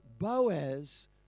Boaz